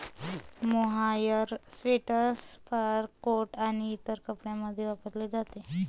mohair sweater, scarf, coat आणि इतर कपड्यांमध्ये वापरले जाते